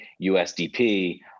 USDP